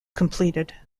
completed